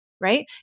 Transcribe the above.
right